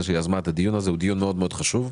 שיזמה את הדיון הזה שהוא דיון מאוד מאוד חשוב.